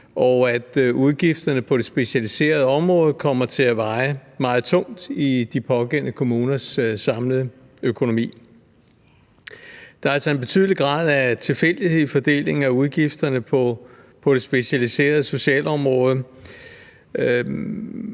og at udgifterne på det specialiserede område kommer til at veje meget tungt i de pågældende kommuners samlede økonomi. Der er altså en betydelig grad af tilfældighed i fordelingen af udgifterne på det specialiserede socialområde,